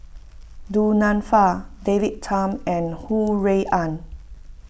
Du Nanfa David Tham and Ho Rui An